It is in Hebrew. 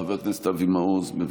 חבר הכנסת אבי מעוז, בבקשה.